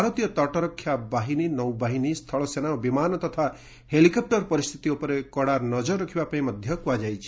ଭାରତୀୟ ତଟରକ୍ଷା ବାହିନୀ ନୌବାହିନୀ ସ୍ଥଳସେନା ଓ ବିମାନ ତଥା ହେଲିକପୁର ପରିସ୍ଥିତି ଉପରେ କଡା ନଙ୍କର ରଖିବା ପାଇଁ କୁହାଯାଇଛି